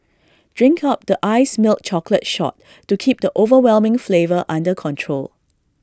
drink up the iced milk chocolate shot to keep the overwhelming flavour under control